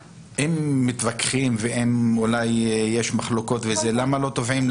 אם מתווכחים ויש מחלוקות, למה לא תובעים?